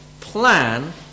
plan